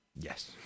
Yes